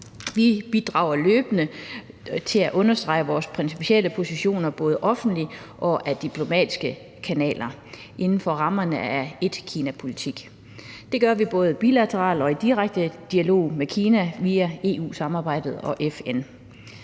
Vi bidrager løbende til at understrege vores principielle position, både offentligt og gennem de diplomatiske kanaler, inden for rammerne af etkinapolitikken. Det gør vi både bilateralt og i direkte dialog med Kina via EU-samarbejdet og FN.